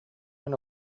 мин